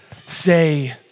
say